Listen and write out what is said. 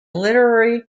literary